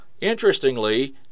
interestingly